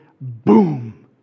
Boom